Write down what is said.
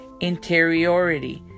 interiority